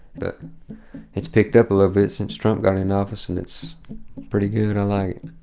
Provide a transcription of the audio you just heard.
but it's picked up a little bit since trump got in office. and it's pretty good. i like